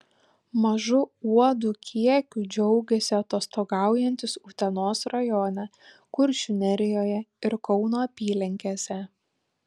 mažu uodų kiekiu džiaugėsi atostogaujantys utenos rajone kuršių nerijoje ir kauno apylinkėse